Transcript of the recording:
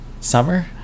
Summer